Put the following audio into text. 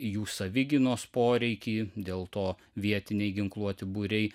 jų savigynos poreikį dėl to vietiniai ginkluoti būriai